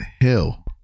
Hill